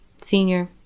Senior